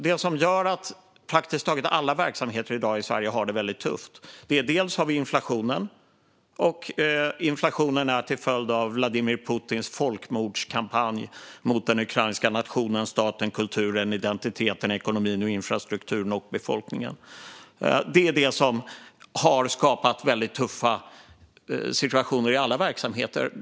Det som gör att praktiskt taget alla verksamheter i Sverige i dag har det väldigt tufft är inflationen, som är en följd av Vladimir Putins folkmordskampanj mot den ukrainska nationen, staten, kulturen, identiteten, ekonomin och infrastrukturen samt den ukrainska befolkningen. Det är detta som har skapat väldigt tuffa situationer i alla verksamheter.